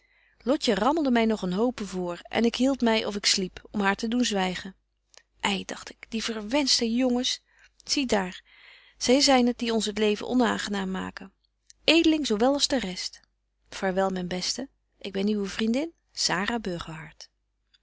lotje rammelde my nog een hope voor en ik hield my of ik sliep om haar te doen zwygen ei dagt ik die verwenschte jongens zie daar zy zyn het die ons t leven onaangenaam maken edeling zo wel als de rest vaarwel myne beste ik ben uwe vriendin